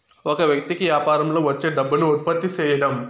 ఒక వ్యక్తి కి యాపారంలో వచ్చే డబ్బును ఉత్పత్తి సేయడం